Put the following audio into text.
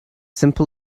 simple